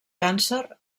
càncer